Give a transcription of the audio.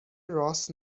راس